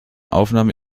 aufnahme